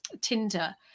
Tinder